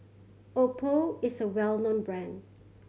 Oppo is a well known brand